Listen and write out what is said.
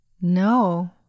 No